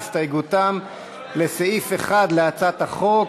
הסתייגותם לסעיף 1 להצעת החוק,